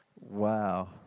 Wow